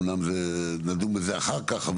אמנם נדון בזה אחר כך.